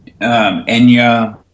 Enya